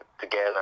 together